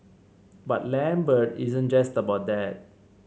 but Lambert isn't just about that